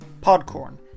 Podcorn